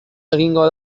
egingo